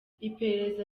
iperereza